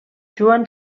joan